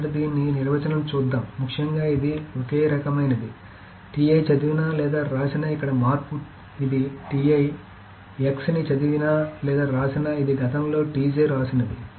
మొదట దీని నిర్వచనాన్ని చూద్దాం ముఖ్యంగా ఇది ఒకే రకమైనది చదివినా లేదా వ్రాసినా ఇక్కడ మార్పు ఇది x ని చదివిన లేదా వ్రాసిన ఇది గతంలో వ్రాసినది